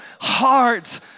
heart